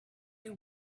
you